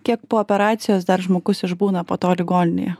kiek po operacijos dar žmogus išbūna po to ligoninėje